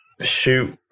Shoot